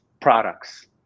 products